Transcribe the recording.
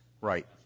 Right